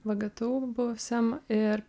vgtu buvusiam ir